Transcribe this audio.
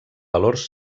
valors